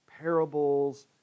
parables